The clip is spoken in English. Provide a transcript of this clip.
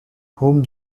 whom